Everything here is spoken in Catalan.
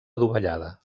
adovellada